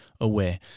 away